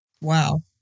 Wow